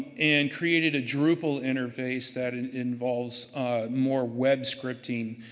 and created a drupal interface that and involves more web scripting,